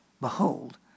Behold